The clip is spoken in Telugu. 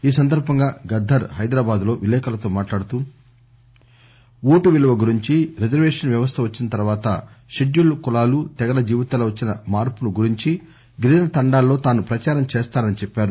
ఈ సందర్బంగా గద్దర్ హైదరాబాద్ లో విలేఖరులతో మాట్లాడుతూ ఓటు గురించి రిజర్వేషన్ వ్యవస్థ వచ్చిన తర్వాత షెడ్యూల్డ్ కులాలు తెగల జీవితాల్లో వచ్చిన మార్పును గురించి గిరిజన తండాల్లో తాను ప్రచారం చేస్తానని చెప్పారు